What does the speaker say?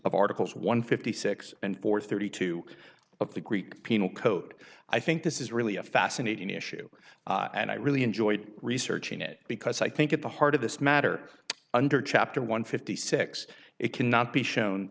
of articles one fifty six and four thirty two of the greek penal code i think this is really a fascinating issue and i really enjoyed researching it because i think at the heart of this matter under chapter one fifty six it cannot be shown